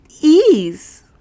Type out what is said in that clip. ease